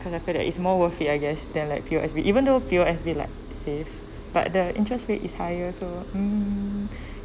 cause I feel that is more worth it I guess than like P_O_S_B even though P_O_S_B like safe but the interest rate is higher so mm